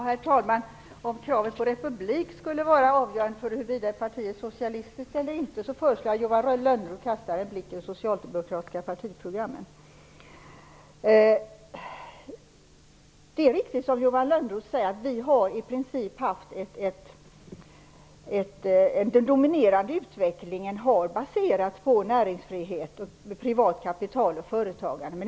Herr talman! Om kraven på republik skulle vara avgörande för huruvida ett parti är socialistiskt eller inte föreslår jag att Johan Lönnroth kastar en blick i det socialdemokratiska partiprogrammet. Det är riktigt som Johan Lönnroth säger, att den dominerande utvecklingen har baserats på näringsfrihet och privat kapital och företagande.